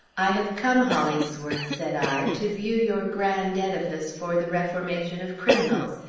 i have come, hollingsworth, said i, to view your grand edifice for the reformation of criminals.